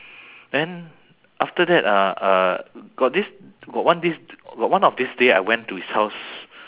then after that uh uh got this got one this got one of these day I went to his house